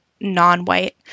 non-white